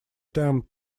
term